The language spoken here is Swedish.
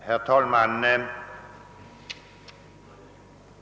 Herr talman!